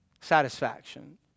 satisfaction